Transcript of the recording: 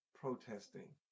protesting